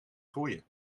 groeien